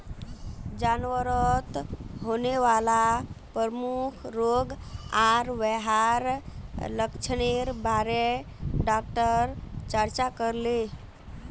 जानवरत होने वाला प्रमुख रोग आर वहार लक्षनेर बारे डॉक्टर चर्चा करले